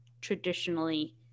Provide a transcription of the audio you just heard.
traditionally